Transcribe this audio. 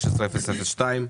16-002,